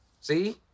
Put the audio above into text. See